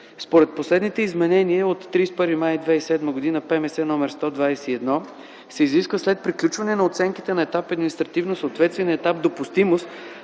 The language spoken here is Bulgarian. Според последните изменения от 31 май 2007 г. ПМС № 121 се изисква след приключване на оценката на етап административно съответствие, на етап допустимост